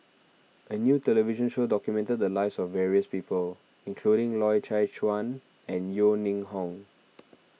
a new television show documented the lives of various people including Loy Chye Chuan and Yeo Ning Hong